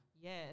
Yes